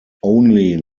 only